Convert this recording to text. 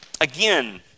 Again